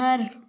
घर